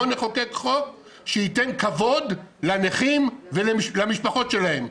בוא נחוקק חוק שייתן כבוד לנכים ולמשפחות שלהם.